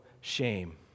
shame